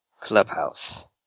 Clubhouse